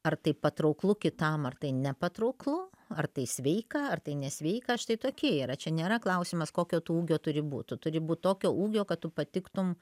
ar tai patrauklu kitam ar tai nepatrauklu ar tai sveika ar tai nesveika štai tokie yra čia nėra klausimas kokio tu ūgio turi būt tu turi būt tokio ūgio kad tu patiktum